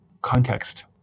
context